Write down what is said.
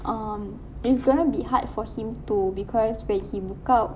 um it's going to be hard for him too because when he book out